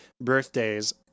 birthdays